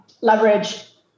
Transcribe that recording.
leverage